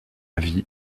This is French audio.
vie